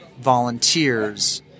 volunteers